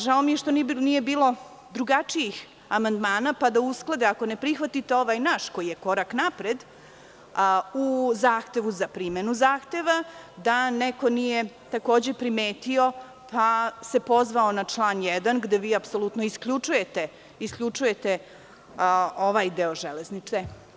Žao mi je što nije bilo drugačijih amandmana, pa da usklade, ako ne prihvatite ovaj naš koji je korak napred, u zahtevu za primenu zahteva, da neko nije takođe primetio pa se pozvao na član 1, gde vi apsolutno isključujete ovaj deo železnice.